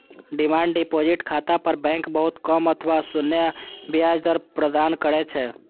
demand deposit खाता पर bank बहुत कम अथवा शून्य ब्याज दर प्रदान करै छै